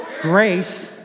Grace